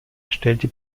stellte